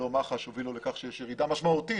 לא מח"ש הובילה לכך שיש ירידה משמעותית